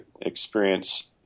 experience